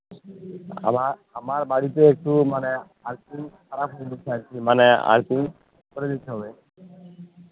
আমার আমার বাড়িতে একটু মানে আর্থিং খারাপ হয়ে গেছে আর কি মানে আর্থিং করে দিতে হবে